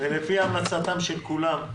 ולפי המלצתם של כולם,